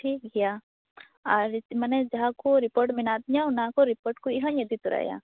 ᱴᱷᱤᱠᱜᱮᱭᱟ ᱟᱨ ᱢᱟᱱᱮ ᱡᱟᱦᱟᱸ ᱠᱚ ᱨᱤᱯᱟᱹᱴ ᱢᱮᱱᱟᱜ ᱛᱤᱧᱟᱹ ᱚᱱᱟᱠᱚ ᱨᱤᱯᱳᱨᱴ ᱠᱚᱦᱚᱸᱧ ᱤᱫᱤ ᱛᱚᱨᱟᱭᱟ